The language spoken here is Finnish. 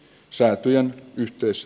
säätyjän yhteys